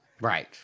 Right